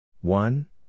one